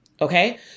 Okay